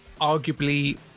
arguably